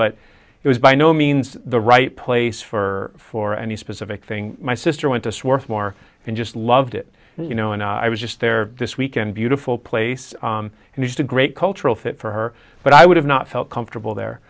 but it was by no means the right place for for any specific thing my sister went to swarthmore and just loved it you know and i was just there this weekend beautiful place and just a great cultural fit for her but i would have not felt comfortable there